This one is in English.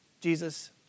Jesus